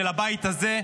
של הבית הזה,